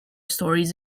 stories